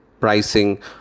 pricing